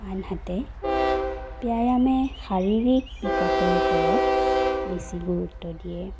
আনহাতে ব্যায়ামে শাৰীৰিক বিকাশৰ ওপৰত বেছি গুৰুত্ব দিয়ে